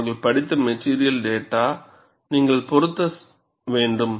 அவர்கள் படித்த material data நீங்கள் பொருத்த வேண்டும்